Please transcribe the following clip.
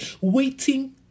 waiting